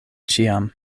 ĉiam